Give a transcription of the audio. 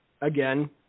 again